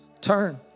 Turn